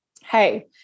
hey